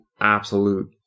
absolute